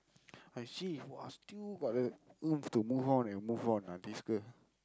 I see !wah! still got the oomph to move on and move on ah this girl